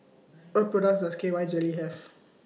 What products Does K Y Jelly Have